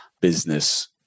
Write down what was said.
business